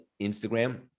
Instagram